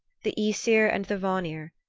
the aesir and the vanir,